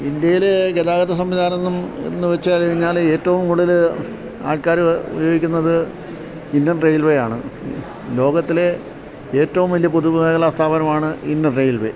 ഇന്ത്യയില് ഗതാഗത സംവിധാനം എന്നുവച്ചുകഴിഞ്ഞാല് ഏറ്റവും കൂടുതല് ആൾക്കാര് ഉപയോഗിക്കുന്നത് ഇന്ത്യൻ റെയിൽവേയാണ് ലോകത്തിലെ ഏറ്റവും വലിയ പൊതുമേഖലാ സ്ഥാപനമാണ് ഇന്ത്യന് റെയിൽവേ